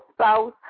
spouse